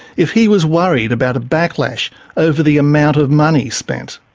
if he was worried about a backlash over the amount of money spent.